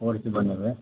आओर की बनेबै